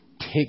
take